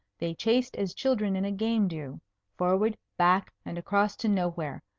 they chased as children in a game do forward, back, and across to nowhere,